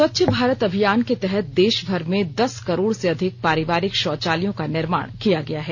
स्वच्छ भारत अभियान के तहत देशभर में दस करोड़ से अधिक पारिवारिक शौचालयों का निर्माण किया गया है